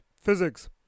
physics